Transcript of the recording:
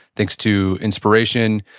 thanks to inspiration